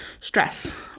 stress